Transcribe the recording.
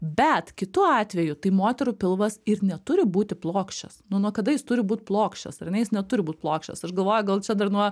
bet kitu atveju tai moterų pilvas ir neturi būti plokščias nu nuo kada jis turi būt plokščias ar ne jis neturi būt plokščias aš galvoju gal čia dar nuo